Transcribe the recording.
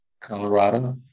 Colorado